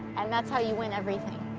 and that's how you win everything.